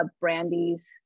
Brandy's